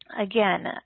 again